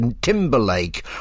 Timberlake